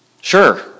Sure